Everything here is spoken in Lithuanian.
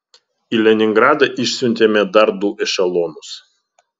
į leningradą išsiuntėme dar du ešelonus